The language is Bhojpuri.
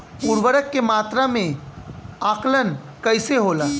उर्वरक के मात्रा में आकलन कईसे होला?